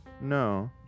No